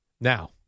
now